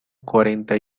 cuarenta